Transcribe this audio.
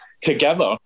together